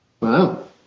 Wow